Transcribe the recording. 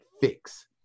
fix